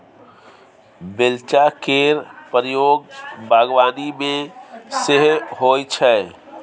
बेलचा केर प्रयोग बागबानी मे सेहो होइ छै